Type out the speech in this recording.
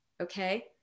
Okay